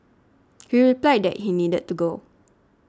he replied that he needed to go